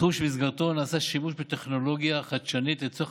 תחום שבמסגרתו נעשה שימוש בטכנולוגיה חדשנית לצורך